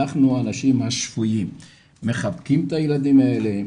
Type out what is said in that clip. אנחנו האנשים השפויים מחבקים את הילדים האלה,